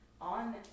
on